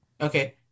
Okay